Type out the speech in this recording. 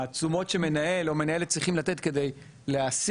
התשומות שמנהל או מנהלת צריכים לתת כדי להעסיק